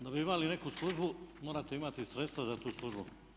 Da bi imali neku službu morate imati sredstva za tu službu.